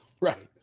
Right